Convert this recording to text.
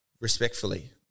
respectfully